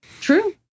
True